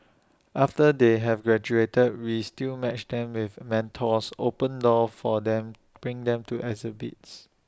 after they have graduated we still match them with mentors open doors for them bring them to exhibits